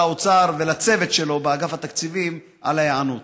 האוצר ולצוות שלו באגף התקציבים על ההיענות.